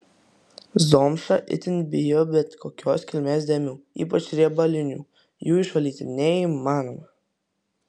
zomša itin bijo bet kokios kilmės dėmių ypač riebalinių jų išvalyti neįmanoma